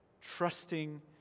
trusting